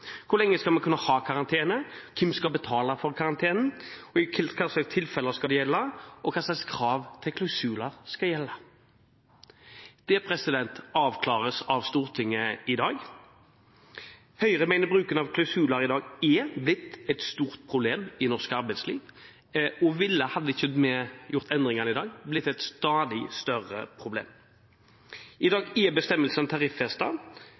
Hvor lenge skal man kunne ha karantene? Hvem skal betale for karantenen? I hva slags tilfeller skal de gjelde, og hva slags krav til klausuler skal gjelde? Det avklares av Stortinget i dag. Høyre mener bruken av klausuler i dag er blitt et stort problem i norsk arbeidsliv og ville – hadde vi ikke gjort endringene i dag – blitt et stadig større problem. I dag er